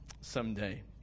someday